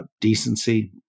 decency